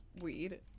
weed